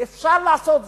ואפשר לעשות זאת,